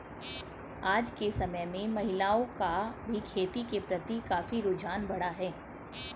आज के समय में महिलाओं का भी खेती के प्रति काफी रुझान बढ़ा है